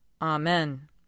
Amen